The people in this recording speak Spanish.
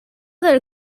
del